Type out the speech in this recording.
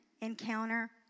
encounter